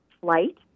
flight